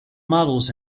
models